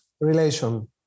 relation